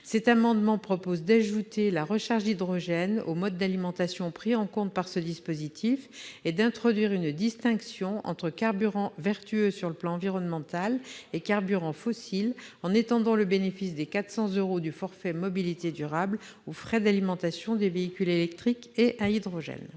amendement vise à ajouter la recharge d'hydrogène au mode d'alimentation pris en compte par ce dispositif et à introduire une distinction entre carburants vertueux sur le plan environnemental et carburants fossiles, en étendant le bénéfice des 400 euros du forfait mobilités durables aux frais d'alimentation des véhicules électriques et à hydrogène.